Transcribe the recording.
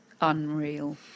unreal